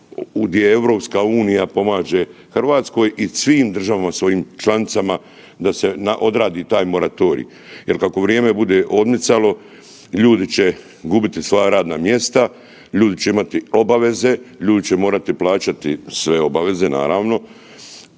gdje EU pomaže Hrvatskoj i svim državama svojim članicama da se odradi taj moratorij jer kako vrijeme bude odmicalo ljudi će gubiti svoja radna mjesta, ljudi će imati obaveze, ljudi ćemo rati plaćati sve obaveze naravno,